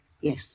Yes